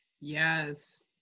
Yes